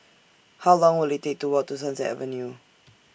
How Long Will IT Take to Walk to Sunset Avenue